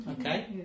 okay